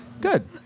Good